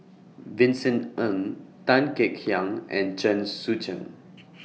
Vincent Ng Tan Kek Hiang and Chen Sucheng